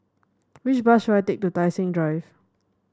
which bus should I take to Tai Seng Drive